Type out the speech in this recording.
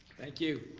thank you.